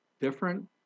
different